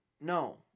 No